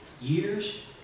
years